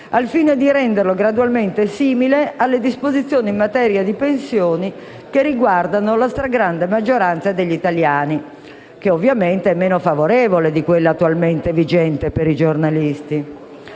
al fine di renderlo gradualmente simile alle disposizioni in materia di pensioni che riguardano la stragrande maggioranza degli italiani, che ovviamente sono meno favorevoli di quelle attualmente vigenti per i giornalisti.